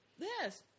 Yes